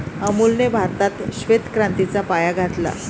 अमूलने भारतात श्वेत क्रांतीचा पाया घातला